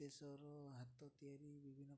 ଦେଶର ହାତ ତିଆରି ବିଭିନ୍ନ